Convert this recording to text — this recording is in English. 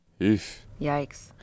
Yikes